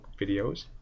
videos